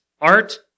art